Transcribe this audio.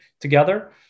together